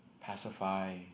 pacify